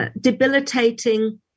debilitating